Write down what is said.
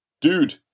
Dude